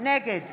נגד